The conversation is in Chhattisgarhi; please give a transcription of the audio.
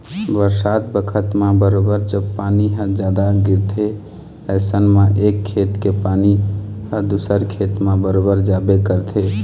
बरसात बखत म बरोबर जब पानी ह जादा गिरथे अइसन म एक खेत के पानी ह दूसर खेत म बरोबर जाबे करथे